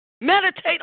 Meditate